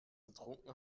getrunken